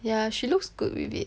ya she looks good with it